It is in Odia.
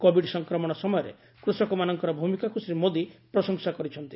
କୋବିଡ ସଂକ୍ରମଣ ସମୟରେ କୃଷକମାନଙ୍କର ଭୂମିକାକୁ ଶ୍ରୀ ମୋଦୀ ପ୍ରଶଂସା କରିଛନ୍ତି